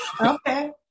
Okay